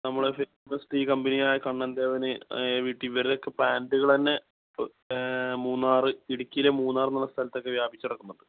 നമ്മളെ famous tea കമ്പനിയായ കണ്ണൻ ദേവന് എ വി ടി ഇവരെയെക്കെ പ്ലാൻറ്റുകൾ തന്നെ മൂന്നാറ് ഇടുക്കിയിലെ മൂന്നാർ എന്നുള്ള സ്ഥലത്തൊക്കെ വ്യാപിച്ച് കിടക്കുന്നുണ്ട്